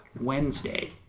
Wednesday